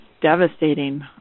Devastating